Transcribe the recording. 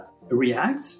react